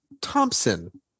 Thompson